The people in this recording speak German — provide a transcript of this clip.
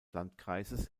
landkreises